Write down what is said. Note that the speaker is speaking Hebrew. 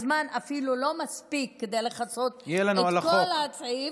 הזמן אפילו לא מספיק כדי לכסות את כל הסעיף.